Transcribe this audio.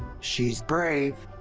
she's brave,